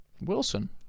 Wilson